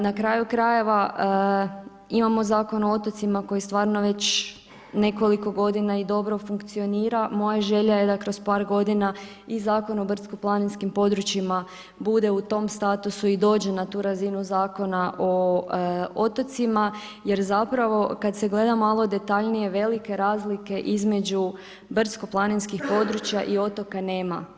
Na kraju krajeva, imamo Zakon o otocima koji stvarno već nekoliko godina i dobra funkcionira, moja želja je da kroz par godina i zakon o brdsko-planinskim područjima bude u tom statusu i dođe na tu razinu Zakona o otocima, jer zapravo kad se gleda malo detaljnije, velike razlike između brdsko-planinskih područja i otoka, nema.